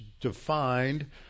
defined